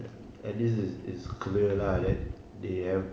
at least it's it's clear lah that they have